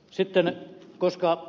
sitten koska ed